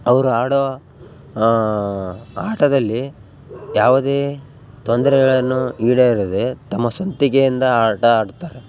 ಅವರು ಆಡೋ ಆಟದಲ್ಲಿ ಯಾವುದೇ ತೊಂದರೆಗಳನ್ನು ಈಡೇರದೆ ತಮ್ಮ ಸ್ವಂತಿಕೆಯಿಂದ ಆಟ ಆಡ್ತಾರೆ